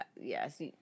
Yes